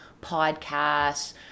podcasts